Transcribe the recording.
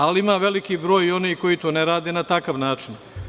Ali ima veliki broj i onih koji to ne rade na takav način.